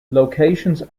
locations